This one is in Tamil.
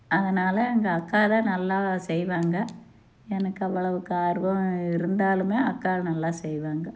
அதுனால எங்க அக்கா தான் நல்லா செய்வாங்க எனக்கு அவ்வளவுக்கா ஆர்வம் இருந்தாலும் அக்கா நல்லா செய்வாங்க